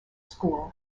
school